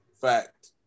Fact